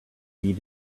beat